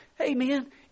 Amen